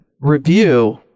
review